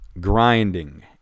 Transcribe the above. grinding